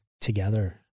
together